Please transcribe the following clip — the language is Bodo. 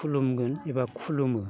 खुलुमगोन एबा खुलुमो